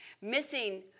missing